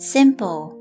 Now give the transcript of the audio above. Simple